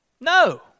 No